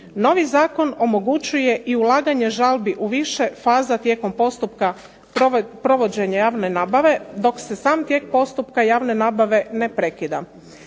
Novi zakon omogućuje ulaganje žalbi u više faza tijekom postupka provođenja javne nabave dok se sam tijek postupka javne nabave ne prekida.